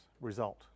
result